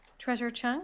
treasurer chiang